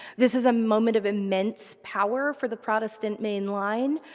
this is a moment of immense power for the protestant main line.